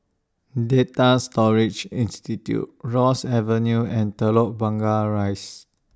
Data Storage Institute Ross Avenue and Telok Blangah Rise